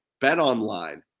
BetOnline